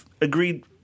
agreed